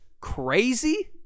crazy